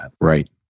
Right